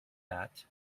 that